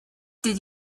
did